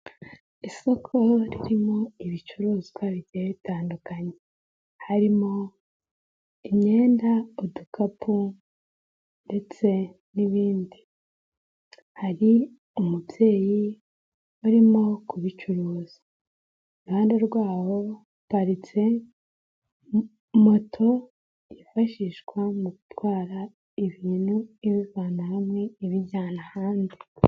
Isoko ririmo ibicuruzwa bigiye bitandukanye harimo imyenda, udukapu ndetse n'ibindi hari umubyeyi barimo kubicuruza, iruhande rwaho haparitse moto yifashishwa mu gutwara ibintu ibivana hamwe ibijyana ahandi.